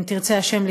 אם תרצה השם,